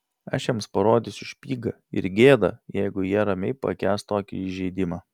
aš jiems parodysiu špygą ir gėda jeigu jie ramiai pakęs tokį įžeidimą